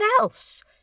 else